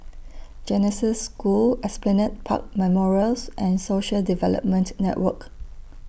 Genesis School Esplanade Park Memorials and Social Development Network